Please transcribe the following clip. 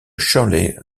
shirley